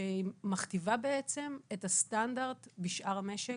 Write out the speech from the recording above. שמכתיבה את הסטנדרט בשאר המשק,